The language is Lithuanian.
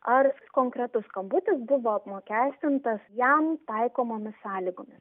ar konkretus skambutis buvo apmokestintas jam taikomomis sąlygomis